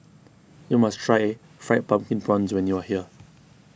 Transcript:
you must try Fried Pumpkin Prawns when you are here